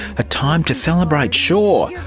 a time to celebrate, sure,